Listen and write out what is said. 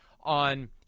on